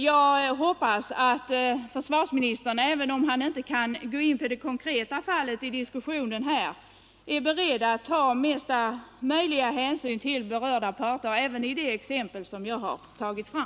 Jag hoppas att försvarsministern — även om han inte kan gå in på de konkreta fallen i den här diskussionen — är beredd att ta mesta möjliga hänsyn till berörda parter också i det exempel jag har anfört.